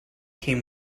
came